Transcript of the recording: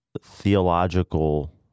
theological